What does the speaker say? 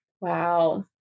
Wow